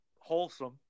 Wholesome